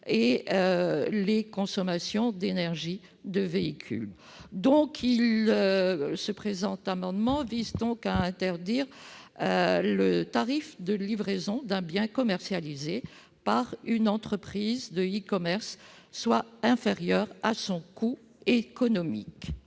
et de consommation d'énergie des véhicules. Le présent amendement vise donc à interdire que le tarif de livraison d'un bien commercialisé par une entreprise de e-commerce soit inférieur à son coût économique.